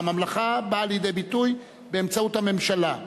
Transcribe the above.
והממלכה באה לידי ביטוי באמצעות הממשלה.